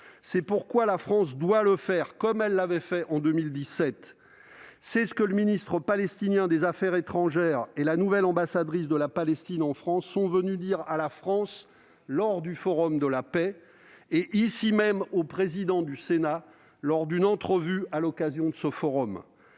C'est pourquoi la France doit le faire, comme elle l'avait fait en 2017. C'est ce que le ministre palestinien des affaires étrangères et la nouvelle ambassadrice de Palestine en France sont venus dire à la France lors du Forum de la paix et, ici même, au président du Sénat lors d'une entrevue à l'occasion de ce Forum.